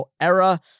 era